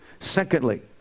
Secondly